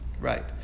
Right